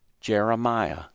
Jeremiah